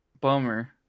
Bummer